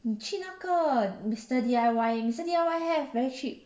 你去那个 mister D_I_Y mister D_I_Y have very cheap